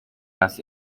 hasi